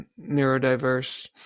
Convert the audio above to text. neurodiverse